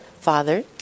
Father